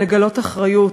לגלות אחריות.